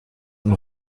und